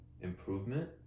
improvement